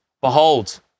behold